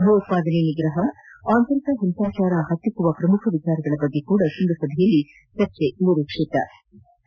ಭಯೋತ್ಪಾದನೆ ನಿಗ್ರಹ ಆಂತರಿಕ ಹಿಂಸಾಚಾರ ಹತ್ತಿಕ್ಕುವ ಪ್ರಮುಖ ವಿಷಯಗಳ ಬಗ್ಗೆಯೂ ತೃಂಗಸಭೆಯಲ್ಲಿ ಚರ್ಚೆ ನಡೆಯಲಿದೆ